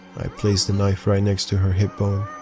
i placed the knife right next to her hip bone.